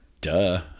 Duh